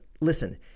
listen